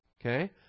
Okay